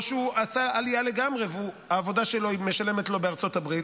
או שהוא עשה עלייה לגמרי והעבודה הקודמת שלו משלמת לו בארצות הברית,